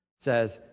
says